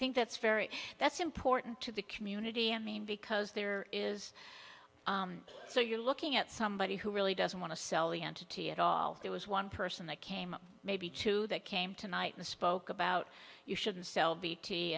think that's very that's important to the community and mean because there is so you're looking at somebody who really doesn't want to sell the entity at all there was one person that came maybe two that came tonight and spoke about you shouldn't sell